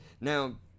now